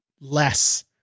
less